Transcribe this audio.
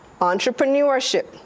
entrepreneurship